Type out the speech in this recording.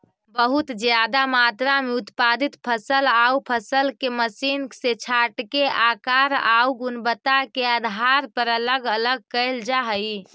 बहुत ज्यादा मात्रा में उत्पादित फल आउ फसल के मशीन से छाँटके आकार आउ गुणवत्ता के आधार पर अलग अलग कैल जा हई